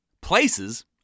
Places